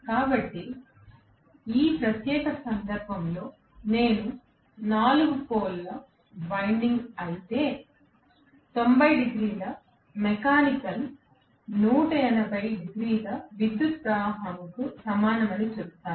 కాబట్టి ఈ ప్రత్యేక సందర్భంలో నేను 4 పోల్ వైండింగ్ అయితే 90 డిగ్రీల మెకానికల్ 180 డిగ్రీల విద్యుత్కు సమానం అని చెబుతాను